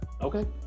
Okay